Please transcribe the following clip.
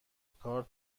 کارت